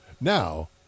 Now